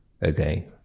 again